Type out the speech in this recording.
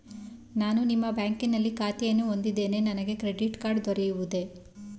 ನಾನು ನಿಮ್ಮ ಬ್ಯಾಂಕಿನಲ್ಲಿ ಖಾತೆಯನ್ನು ಹೊಂದಿದ್ದೇನೆ ನನಗೆ ಕ್ರೆಡಿಟ್ ಕಾರ್ಡ್ ದೊರೆಯುವುದೇ?